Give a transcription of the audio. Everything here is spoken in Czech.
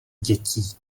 dětí